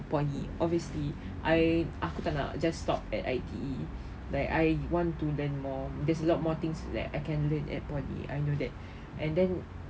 poly obviously I aku tak nak just stop at I_T_E like I want to learn more there's a lot more things that I can learn at poly I know that and then